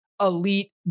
elite